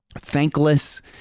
thankless